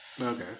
Okay